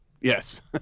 Yes